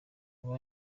abo